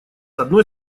одной